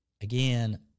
Again